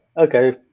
okay